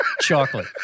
chocolate